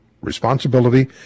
responsibility